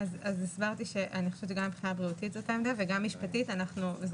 הסברתי שאני חושבת שמבחינה בריאותית וגם משפטית - זה